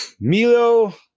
Milo